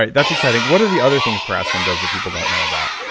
ah that's exciting. what are the other things piracetam does that people don't know about?